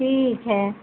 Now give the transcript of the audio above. ठीक है